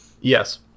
Yes